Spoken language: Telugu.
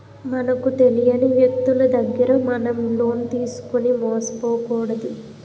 మనకు తెలియని వ్యక్తులు దగ్గర మనం లోన్ తీసుకుని మోసపోకూడదు